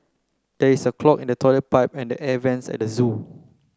there is a clog in the toilet pipe and the air vents at the zoo